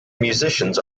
musicians